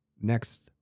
Next